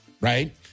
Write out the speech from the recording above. right